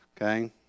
Okay